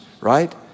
right